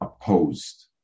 opposed